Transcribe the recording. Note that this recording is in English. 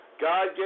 God